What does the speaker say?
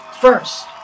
first